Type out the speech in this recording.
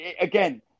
again